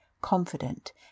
confident